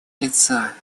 лица